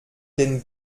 den